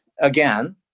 again